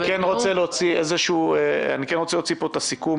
אני רוצה להוציא פה את הסיכום